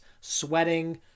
sweating